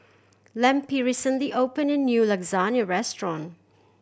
Lempi recently opened a new Lasagna Restaurant